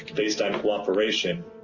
based on cooperation,